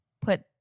put